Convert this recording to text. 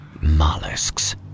mollusks